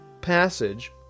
passage